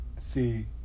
see